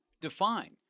define